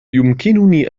يمكنني